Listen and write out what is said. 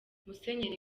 musenyeri